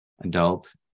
adult